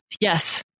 yes